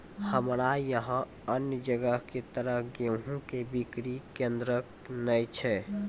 हमरा यहाँ अन्य जगह की तरह गेहूँ के बिक्री केन्द्रऽक नैय छैय?